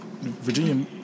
Virginia